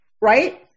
right